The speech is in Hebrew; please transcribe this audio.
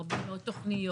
הרבה מאוד תוכניות,